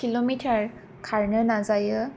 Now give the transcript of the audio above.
किल' मिटार खारनो नाजायो